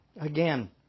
Again